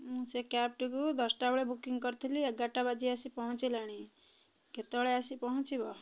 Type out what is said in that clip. ମୁଁ ସେ କ୍ୟାବ୍ଟିକୁ ଦଶଟା ବେଳେ ବୁକିଂ କରିଥିଲି ଏଗାରଟା ବାଜି ଆସି ପହଞ୍ଚିଲାଣି କେତେବେଳେ ଆସି ପହଞ୍ଚିବ